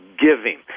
giving